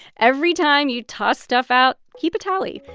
every time you toss stuff out, keep a tally.